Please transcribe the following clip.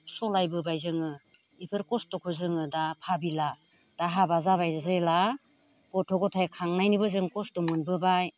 सालायबोबाय जोङो बेफोर कस्त'खौ जोङो दा भाबिला दा हाबा जाबाय जेब्ला गथ' गथाय खांनायनिबो जों कस्त' मोनबोबाय